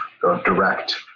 direct